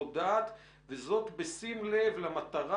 נתקלנו בשלושה אירועים בערך שאפשר למפות.